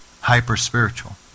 hyper-spiritual